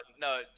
No